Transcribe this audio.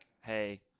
Hey